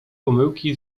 pomyłki